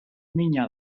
mina